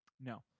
No